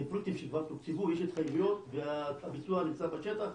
לפרויקטים שכבר תוקצבו יש התחייבויות והביצוע נמצא בשטח.